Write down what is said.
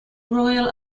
royal